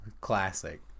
Classic